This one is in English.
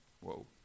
whoa